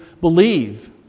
believe